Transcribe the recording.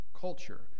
culture